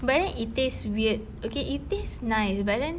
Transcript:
but then it tastes weird okay it tastes nice but then